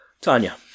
Tanya